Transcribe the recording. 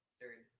third